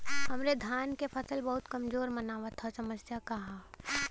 हमरे धान क फसल बहुत कमजोर मनावत ह समस्या का ह?